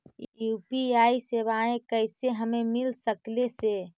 UPI सेवाएं कैसे हमें मिल सकले से?